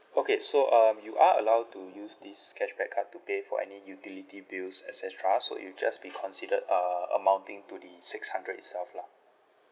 okay so um you are allowed to use this cashback card to pay for any utility bills et cetera so it'll just be considered uh amounting to the six hundred itself lah